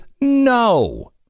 no